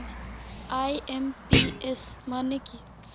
IMPS মানে কি?